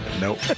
Nope